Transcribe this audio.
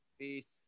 Peace